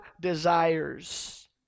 desires